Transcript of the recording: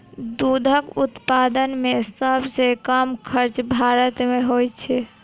दूधक उत्पादन मे सभ सॅ कम खर्च भारत मे होइत छै